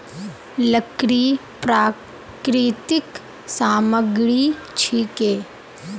लकड़ी प्राकृतिक सामग्री छिके